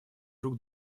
друг